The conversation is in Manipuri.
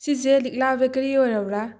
ꯁꯤꯁꯦ ꯂꯤꯛꯂꯥ ꯕꯦꯀꯥꯔꯤ ꯑꯣꯏꯔꯕ꯭ꯔꯥ